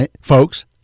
folks